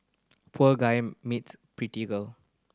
poor guy meets pretty girl